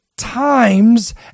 times